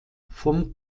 vom